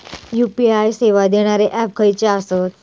UPI सेवा देणारे app खयचे आसत?